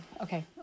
okay